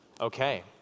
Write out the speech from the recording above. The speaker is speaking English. Okay